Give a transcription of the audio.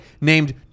named